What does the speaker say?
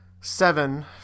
Seven